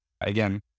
again